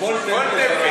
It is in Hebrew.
"פול טמפל".